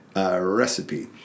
Recipe